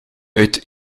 uit